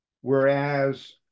whereas